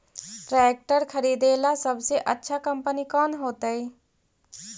Tractor खरीदेला सबसे अच्छा कंपनी कौन होतई?